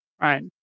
right